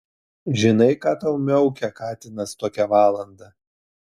žinai ką tau miaukia katinas tokią valandą